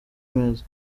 meza